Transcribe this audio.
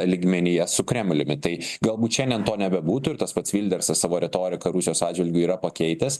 lygmenyje su kremliumi tai galbūt šiandien to nebebūtų ir tas pats vildersas savo retoriką rusijos atžvilgiu yra pakeitęs